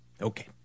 Okay